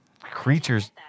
creatures